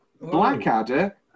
Blackadder